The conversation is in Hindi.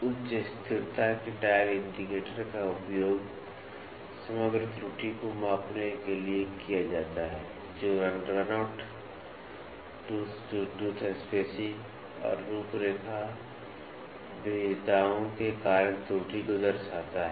उच्च स्थिरता के डायल इंडिकेटर का उपयोग समग्र त्रुटि को मापने के लिए किया जाता है जो runout tooth to tooth spacing और रूपरेखा विविधताओं के कारण त्रुटि को दर्शाता है